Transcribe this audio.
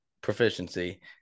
proficiency